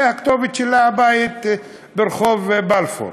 והכתובת הבית ברחוב בלפור.